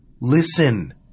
listen